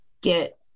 get